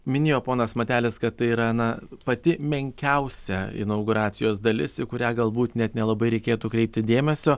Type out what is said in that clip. minėjo ponas matelis kad tai yra na pati menkiausia inauguracijos dalis į kurią galbūt net nelabai reikėtų kreipti dėmesio